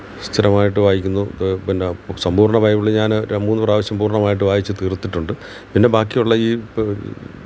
സ്ഥിരമായിട്ട് വായിക്കുന്നു അത് പിന്നെ സമ്പൂര്ണ്ണ ബൈബിള് ഞാൻ ഒരു മൂന്ന് പ്രാവിശ്യം പൂര്ണ്ണമായിട്ട് വായിച്ച് തീര്ത്തിട്ടുണ്ട് പിന്നെ ബാക്കിയുള്ള ഈ